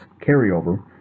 carryover